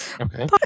Okay